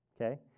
okay